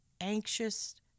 anxious